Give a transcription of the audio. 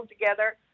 together